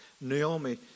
Naomi